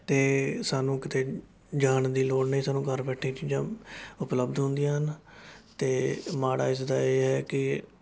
ਅਤੇ ਸਾਨੂੰ ਕਿਤੇ ਜਾਣ ਦੀ ਲੋੜ ਨਹੀਂ ਸਾਨੂੰ ਘਰ ਬੈਠੇ ਚੀਜ਼ਾਂ ਉਪਲਬਧ ਹੁੰਦੀਆਂ ਹਨ ਅਤੇ ਮਾੜਾ ਇਸਦਾ ਇਹ ਹੈ ਕਿ